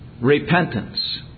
Repentance